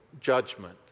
judgment